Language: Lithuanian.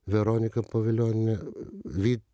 veronika povilionė vy